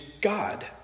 God